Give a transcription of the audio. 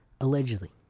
Allegedly